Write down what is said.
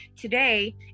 today